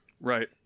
Right